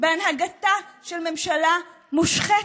בהנהגתה של ממשלה מושחתת?